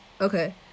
okay